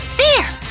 there!